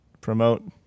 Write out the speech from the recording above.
promote